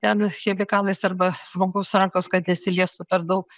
ten chemikalais arba žmogaus rankos kad nesiliestų per daug